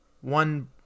one